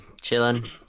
chilling